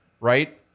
right